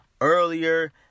earlier